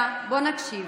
להקשיב.